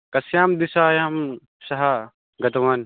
कस्यां दिशायां सः गतवान्